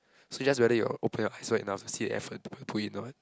so it's just whether you open your eyes wide enough to see the effort you put in or not